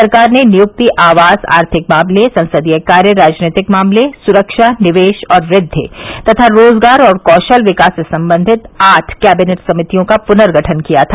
सरकार ने नियुक्ति आवास आर्थिक मामले संसदीय कार्य राजनीतिक मामले सुरक्षा निवेश और वृद्धि तथा रोजगार और कौशल विकास से संबंधित आठ कैबिनेट समितियों का पूर्नगठन किया था